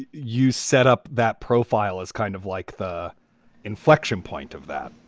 you set up that profile as kind of like the inflection point of that?